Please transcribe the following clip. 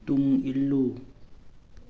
ꯇꯨꯡ ꯏꯜꯂꯨ